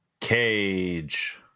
Cage